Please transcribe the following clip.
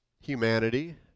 humanity